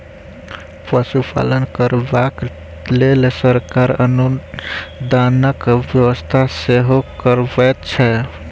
पशुपालन करबाक लेल सरकार अनुदानक व्यवस्था सेहो करबैत छै